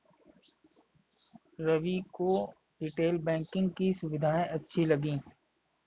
रवि को retail banking की सुविधाएं अच्छी लगी